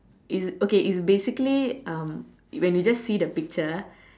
it's okay it's basically uh when you just see the picture